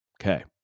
okay